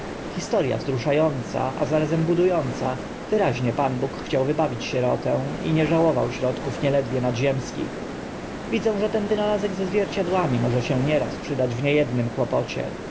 wzrusza ąca a razem budu ąca wyraźnie pan bóg chciał wybawić sierotę i nie żałował środków nieledwie nadziemskich widzę że ten wynalazek ze zwierciadłami może się nieraz przydać w nie ednym kłopocie